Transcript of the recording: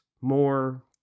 more